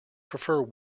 prefer